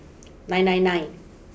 nine nine nine